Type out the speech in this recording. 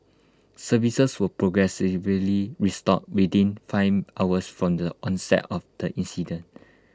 services were progressively restored within five hours from the onset of the incident